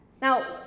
Now